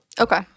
Okay